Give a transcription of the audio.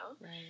Right